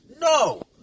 No